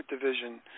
division